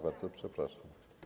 Bardzo przepraszam.